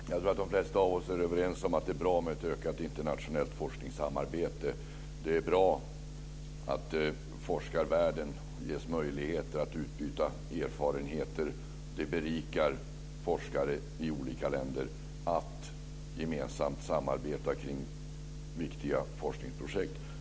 Fru talman! Jag tror att de flesta av oss är överens om att det är bra med ett ökat internationellt forskningssamarbete. Det är bra att man i forskarvärlden ges möjligheter att utbyta erfarenheter. Det berikar forskare i olika länder att gemensamt samarbeta kring viktiga foskningsprojekt.